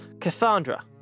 Cassandra